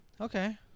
Okay